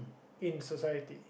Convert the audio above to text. in society